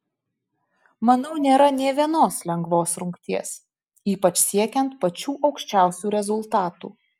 manau nėra nė vienos lengvos rungties ypač siekiant pačių aukščiausių rezultatų